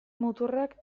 muturrak